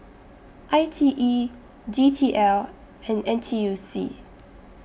I T E D T L and N T U C